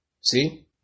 see